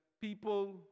people